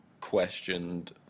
questioned